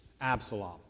Absalom